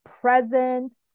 present